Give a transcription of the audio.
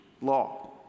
law